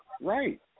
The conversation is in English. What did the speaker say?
right